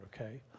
okay